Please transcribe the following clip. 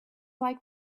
like